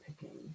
picking